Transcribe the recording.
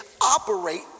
operate